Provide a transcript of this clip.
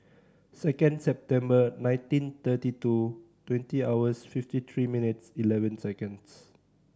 second September nineteen thirty two twenty hours fifty three minutes eleven seconds